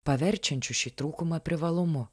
paverčiančių šį trūkumą privalumu